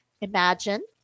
imagine